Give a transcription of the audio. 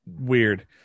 Weird